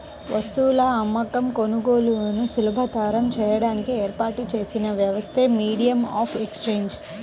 వస్తువుల అమ్మకం, కొనుగోలులను సులభతరం చేయడానికి ఏర్పాటు చేసిన వ్యవస్థే మీడియం ఆఫ్ ఎక్సేంజ్